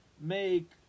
make